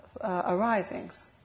arisings